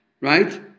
right